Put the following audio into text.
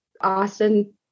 Austin